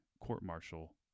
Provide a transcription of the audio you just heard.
court-martial